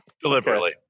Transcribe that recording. Deliberately